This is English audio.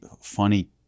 funny